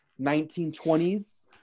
1920s